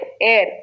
air